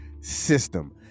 system